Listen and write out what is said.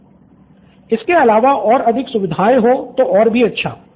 student 6 इसके अलावा और अधिक सुविधाओं तो और भी अच्छा